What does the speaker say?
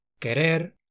Querer